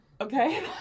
Okay